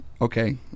okay